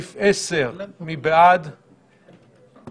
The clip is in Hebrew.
הצבעה בעד ההסתייגות